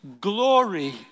glory